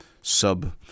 sub-